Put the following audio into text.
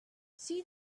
see